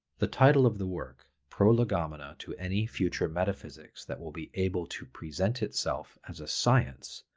the title of the work, prolegomena to any future metaphysics that will be able to present itself as a science,